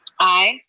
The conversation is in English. aye.